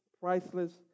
priceless